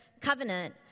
covenant